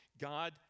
God